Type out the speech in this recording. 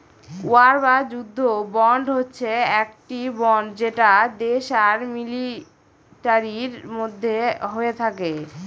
war বা যুদ্ধ bond হচ্ছে একটি বন্ড যেটা দেশ আর মিলিটারির মধ্যে হয়ে থাকে